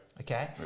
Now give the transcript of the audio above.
Okay